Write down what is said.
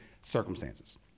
circumstances